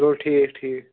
چلو ٹھیٖک ٹھیٖک